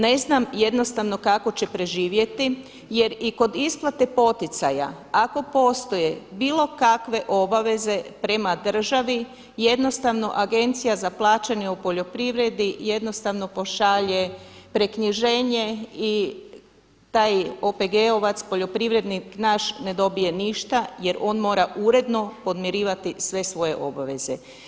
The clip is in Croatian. Ne znam jednostavno kako će preživjeti jer i kod isplate poticaja ako postoje bilo kakve obaveze prema državi jednostavno agencija za plaćanje u poljoprivredi jednostavno pošalje preknjiženje i taj OPG-ovac, poljoprivrednik naš ne dobije ništa jer on mora uredno podmirivati sve svoje obaveze.